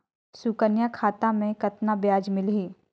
सुकन्या खाता मे कतना ब्याज मिलही?